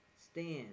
Stand